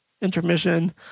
intermission